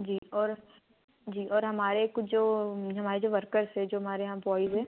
जी और जी और हमारे कुछ जो हमारे जो वर्कर्स है जो हमारे यहाँ ब्यॉएज़ हैं